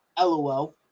LOL